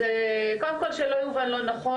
אז קודם כל שלא יובן לא נכון,